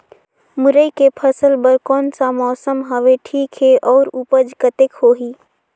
मुरई के फसल बर कोन सा मौसम हवे ठीक हे अउर ऊपज कतेक होही?